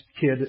kid